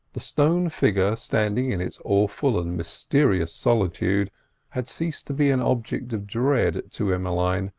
the stone figure standing in its awful and mysterious solitude had ceased to be an object of dread to emmeline,